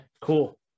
cool